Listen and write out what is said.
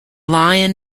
lion